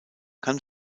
kann